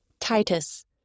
Titus